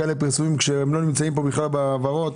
פרסומים כאלה כשהם לא נוכחים בזמן ההעברות.